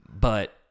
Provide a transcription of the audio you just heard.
But-